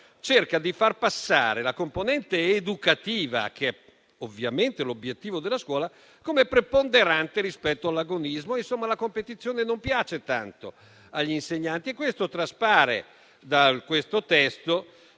cerca di far passare la componente educativa, che ovviamente è l'obiettivo della scuola, come preponderante rispetto all'agonismo. Insomma, la competizione non piace tanto agli insegnanti e questo traspare da questo testo